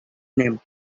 name